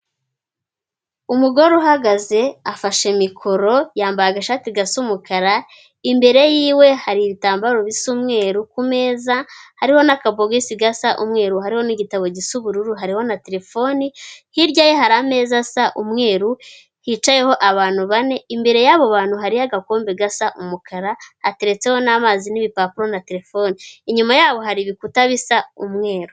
Umugore uhagaze afashe mikoro yambaye agashati gasa umukara imbere yiwe hari ibitambaro bisa umweru, ku meza hariho n'akabage gasa umweru. Hari n'igitabo gisa ubururu hari na telefoni hirya ye hari ameza asa umweru hicayeho abantu bane imbere yabo bantu hari agakombe gasa umukara ateretseho n'amazi n'ibipapuro na telefone inyuma yabo hari ibikuta bisa umweru.